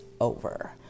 over